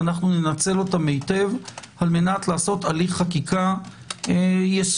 ואנחנו ננצל אותם היטב על-מנת לעשות הליך חקיקה יסודי